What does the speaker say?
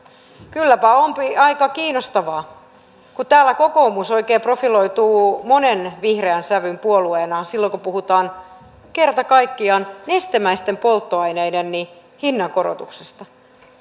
kylläpä on aika kiinnostavaa kun täällä kokoomus oikein profiloituu monen vihreän sävyn puolueena silloin kun puhutaan kerta kaikkiaan nestemäisten polttoaineiden hinnankorotuksesta